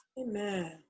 Amen